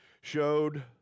showed